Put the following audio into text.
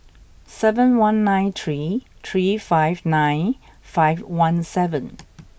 seven one nine three three five nine five one seven